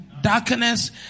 Darkness